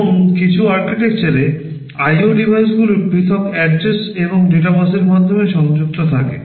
এবং কিছু architecture এ IO ডিভাইসগুলি পৃথক address এবং ডেটা বাসের মাধ্যমে সংযুক্ত থাকে